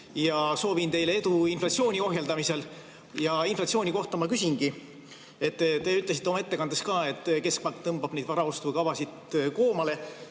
ja soovin teile edu inflatsiooni ohjeldamisel. Ja inflatsiooni kohta ma küsingi. Te ütlesite oma ettekandes ka, et keskpank tõmbab neid varaostukavasid koomale.